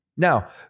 Now